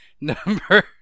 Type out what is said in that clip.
Number